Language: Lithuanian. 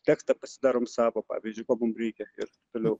tekstą pasidarom savo pavyzdžiui ko mum reikia ir toliau